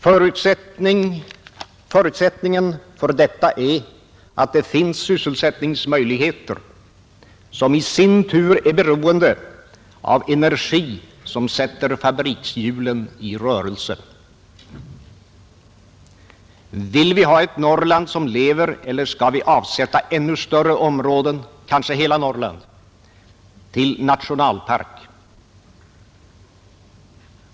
Förutsättningen för detta är att det finns sysselsättningsmöjligheter, som i sin tur är beroende av energi som sätter fabrikshjulen i rörelse. Vill vi ha ett Norrland som lever eller skall vi avsätta ännu större områden, kanske hela Norrland, till nationalpark?